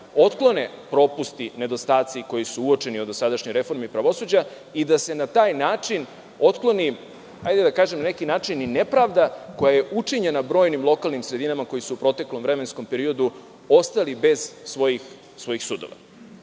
otklone propusti, nedostaci koji su uočeni u dosadašnjoj reformi pravosuđa i da se na taj način otkloni, hajde da kažem, nepravda koja je učinjena brojnim lokalnim sredinama koje su u proteklom vremenskom periodu ostali bez svojih sudova.